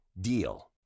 DEAL